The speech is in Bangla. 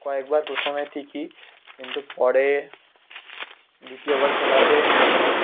কয়েকবার প্রথমে ঠিকই কিন্তু পরে দ্বিতীয়বার খেলাতে আমি